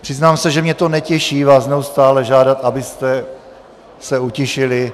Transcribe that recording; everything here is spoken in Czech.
Přiznám se, že mě to netěší vás neustále žádat, abyste se utišili.